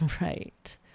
Right